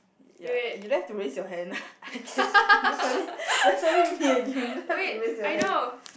ya you don't have to raise your hand I can there's only there's only me and you you don't have to raise your hand